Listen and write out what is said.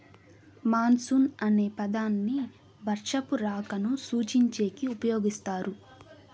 monsoon అనే పదాన్ని వర్షపు రాకను సూచించేకి ఉపయోగిస్తారు